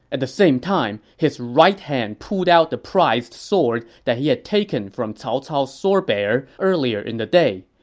at the same time, his right hand pulled out the prized sword that he had taken from cao cao's sword-bearer earlier in the day.